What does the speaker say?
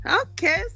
okay